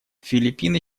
филиппины